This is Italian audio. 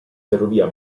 ferrovia